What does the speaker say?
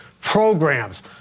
programs